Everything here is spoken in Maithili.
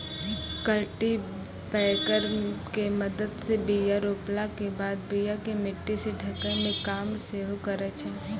कल्टीपैकर के मदत से बीया रोपला के बाद बीया के मट्टी से ढकै के काम सेहो करै छै